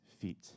feet